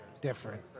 different